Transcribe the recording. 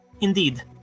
Indeed